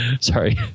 sorry